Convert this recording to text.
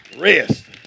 Rest